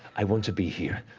i want to be here.